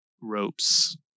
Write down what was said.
Ropes